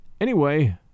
Anyway